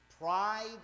Pride